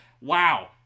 wow